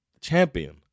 champion